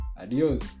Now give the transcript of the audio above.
Adios